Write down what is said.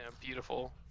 beautiful